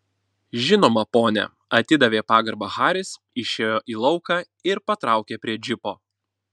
žinoma pone atidavė pagarbą haris išėjo į lauką ir patraukė prie džipo